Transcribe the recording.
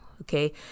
Okay